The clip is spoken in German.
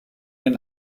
den